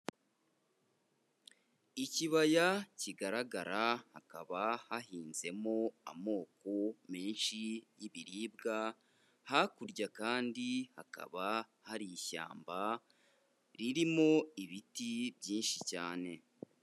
Ikibaya kigaragara hakaba hahinzemo amoko menshi y'ibiribwa, hakurya kandi hakaba hari ishyamba ririmo ibiti byinshi cyane.